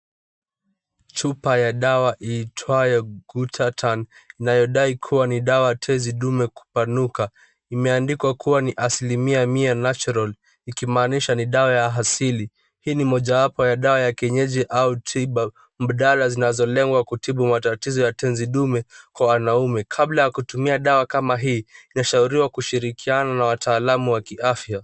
Chupa ya dawa iitwayo Gutatani inayodai kua ni dawa ya tezi dume kupanuka imeandikwa kua ni asilimia mia natural ikimaanisha ni dawa ya asili. Hii ni mojawapo ya dawa ya kienyeji au tiba mbadala zinazolengwa kutibu matatizo ya tezi dume kwa wanaume kabla ya kutumia dawa kama hii inashauriwa kushirikiamlna na wataalamu wa kiafya.